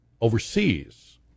overseas